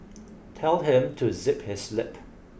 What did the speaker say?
tell him to zip his lip